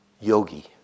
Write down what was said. yogi